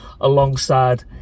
Alongside